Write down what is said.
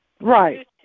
Right